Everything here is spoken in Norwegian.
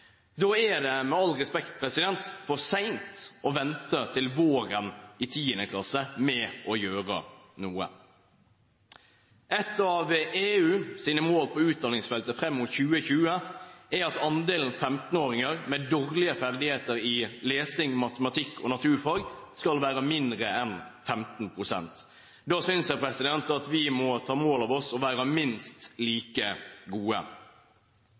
Da er det – med all respekt – for sent å vente til våren i 10. klasse med å gjøre noe. Et av EUs mål på utdanningsfeltet fram mot 2020 er at andelen 15-åringer med dårlige ferdigheter i lesing, matematikk og naturfag skal være mindre enn 15 pst. Da synes jeg at vi må ta mål av oss til å være minst like gode.